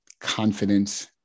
confidence